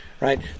right